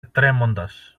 τρέμοντας